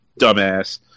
dumbass